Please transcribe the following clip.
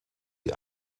die